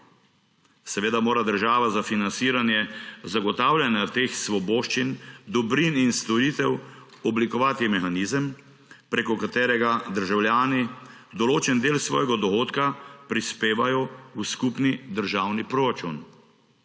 Seveda mora država za financiranje zagotavljanja teh svoboščin, dobrin in storitev oblikovati mehanizem, preko katerega državljani določen del svojega dohodka prispevajo v skupen državni proračun.